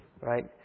right